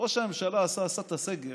כשראש הממשלה עשה את הסגר,